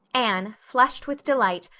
anne, flushed with delight,